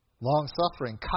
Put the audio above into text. long-suffering